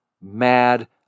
mad